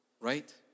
right